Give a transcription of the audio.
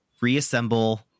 reassemble